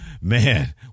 man